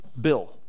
bill